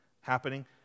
happening